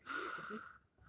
a bit too expensive